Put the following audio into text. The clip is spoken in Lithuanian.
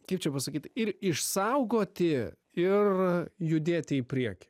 kaip čia pasakyt ir išsaugoti ir judėti į priekį